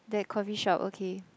that coffee shop okay